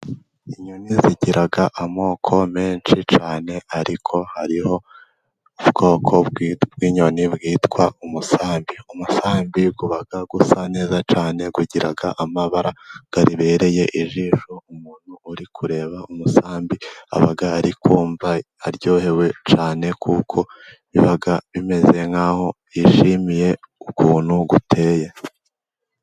Inyoni zigira amoko menshi cyane, ariko hariho ubwoko bw'inyoni bwitwa umusambi. Umusambi uba usa neza cyane. Ugira amabara abereye ijisho. Umuntu uri kureba umusambi aba ari kumva aryohewe cyane kuko biba bimeze nk'aho yishimiye ukuntu uteye.